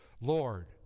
Lord